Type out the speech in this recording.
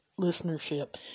listenership